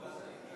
אדוני.